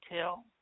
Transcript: Tell